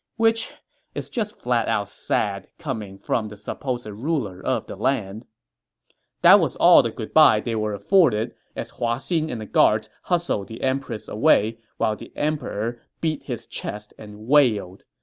which is just flat out sad coming from the supposed ruler of the land that was all the goodbye they were afforded, as hua xin and the guards hustled the empress away while the emperor beat his chest and wailed.